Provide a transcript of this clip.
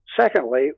secondly